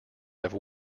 have